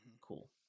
cool